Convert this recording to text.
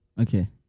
Okay